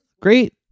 Great